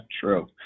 True